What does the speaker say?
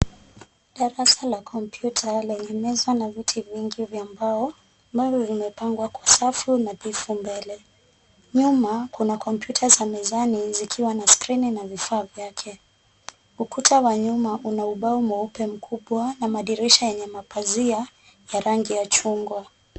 Darasa la computer lenye meza na viti vingi vya mbao , ambavyo vimepangwa kwa safu nadhifu mbele . Nyuma kuna computer za mezani zikiwa na skrini na vifaa vyake , ukuta wa nyuma una ubao mweupe mkubwa na madirisha yenye mapazia ya rangi ya chungwa.